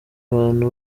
abantu